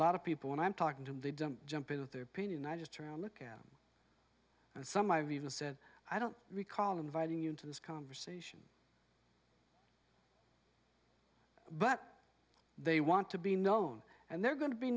lot of people when i'm talking to they don't jump in with their opinion i just look at them and some i've even said i don't recall inviting you into this conversation but they want to be known and they're going to be